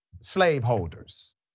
slaveholders